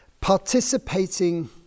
participating